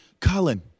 Colin